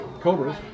Cobras